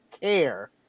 care